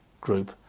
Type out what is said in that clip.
group